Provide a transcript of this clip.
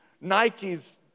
Nike's